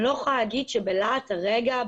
אני לא יכולה להגיד שבלהט הרגע,